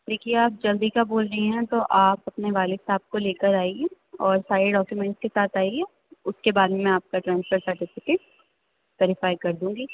دیکھیے آپ جلدی کا بول رہی ہیں تو آپ اپنے والد صاحب کو لے کر آئیے اور سارے ڈاکومینٹ کے ساتھ آئیے اُس کے بعد میں آپ کا ٹرانسفر سرٹیفکیٹ ویری فائی کر دوں گی